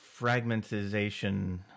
fragmentization